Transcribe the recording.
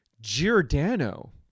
Giordano